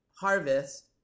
harvest